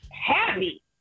Happy